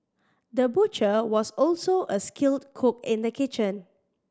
the butcher was also a skilled cook in the kitchen